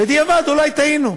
בדיעבד אולי טעינו.